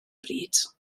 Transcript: bryd